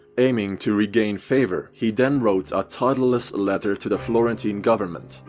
aiming to regain favor he then wrote a titleless letter to the florentine government,